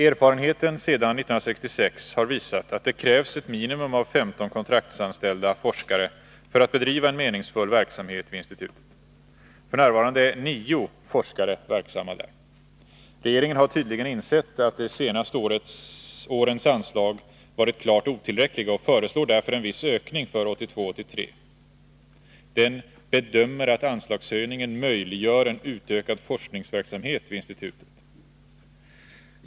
Erfarenheten sedan 1966 har visat att det krävs ett minimum av 15 kontraktanställda forskare för att bedriva en meningsfull verksamhet vid institutet. F. n. är 9 forskare verksamma där. Regeringen har tydligen insett att de senaste årens anslag varit klart otillräckliga och föreslår därför en viss ökning för 1982/83. Den ”bedömer att anslagshöjningen möjliggör en utökad forskningsverksamhet vid institutet”.